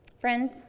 Friends